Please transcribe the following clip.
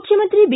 ಮುಖ್ಯಮಂತ್ರಿ ಬಿ